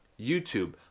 YouTube